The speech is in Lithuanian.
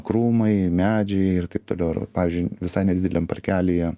krūmai medžiai ir taip toliau pavyzdžiui visai nedideliam parkelyje